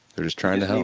they're just trying to